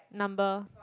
number